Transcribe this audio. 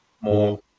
more